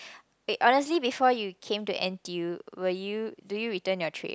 eh honestly before you came to n_t_u_c will you do you return your tray